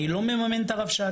אני לא מממן את הרבש"ץ,